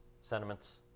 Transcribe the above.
sentiments